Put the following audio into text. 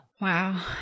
Wow